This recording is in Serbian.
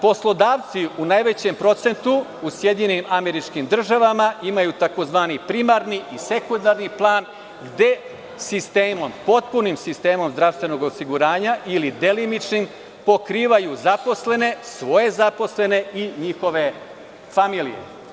Poslodavci u najvećem procentu u SAD imaju tzv. primarni i sekundarni plan gde potpunim sistemom zdravstvenog osiguranja ili delimičnim, pokrivaju zaposlene, svoje zaposlene, i njihove familije.